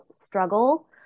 struggle